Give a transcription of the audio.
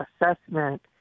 assessment